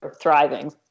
thriving